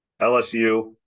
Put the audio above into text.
LSU